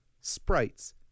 sprites